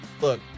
look